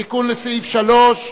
תיקון לסעיף 3,